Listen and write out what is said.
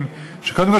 קודם כול,